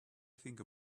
think